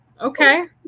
okay